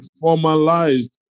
formalized